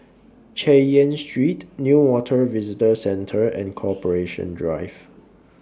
Chay Yan Street Newater Visitor Centre and Corporation Drive